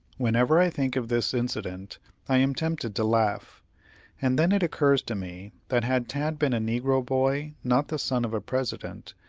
whenever i think of this incident i am tempted to laugh and then it occurs to me that had tad been a negro boy, not the son of a president,